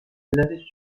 علتش